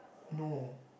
no